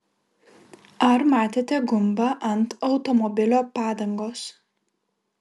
ar matėte gumbą ant automobilio padangos